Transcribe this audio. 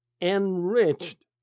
enriched